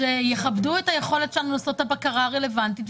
שיכבדו את היכולת שלנו לעשות את הבקרה הרלוונטית,